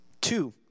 Two